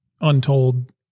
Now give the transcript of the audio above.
untold